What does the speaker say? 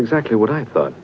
exactly what i thought